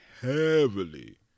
heavily